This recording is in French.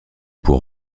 pour